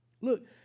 Look